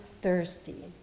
thirsty